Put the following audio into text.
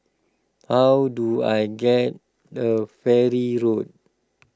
how do I get the Farrer Road